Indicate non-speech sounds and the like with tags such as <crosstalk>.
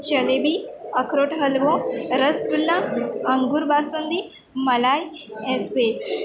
જલેબી અખરોટ હલવો રસગુલ્લા અંગૂર બાસુંદી મલાઈ <unintelligible>